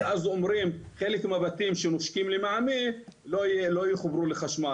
ואז אומרים חלק מהבתים שנושקים למי עמי לא יחוברו לחשמל.